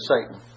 Satan